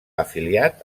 afiliat